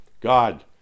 God